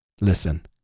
Listen